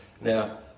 Now